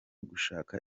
gushaka